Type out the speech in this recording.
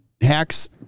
hacks